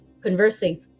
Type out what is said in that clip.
conversing